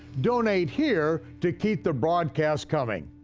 donate here to keep the broadcast coming,